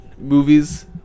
movies